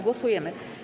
Głosujemy.